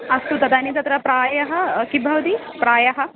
अस्तु तदानीं तत्र प्रायः किं भवति प्रायः